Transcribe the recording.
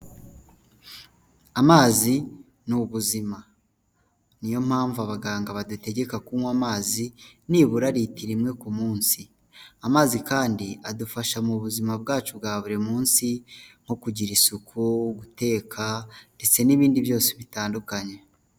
Amazi ni ubuzima niyo mpamvu abaganga badategeka kunywa amazi nibura litiro imwe ku munsi, amazi kandi adufasha mu buzima bwacu bwa buri munsi nko kugira isuku, guteka, ndetse n'ibindi byose bitandukanye.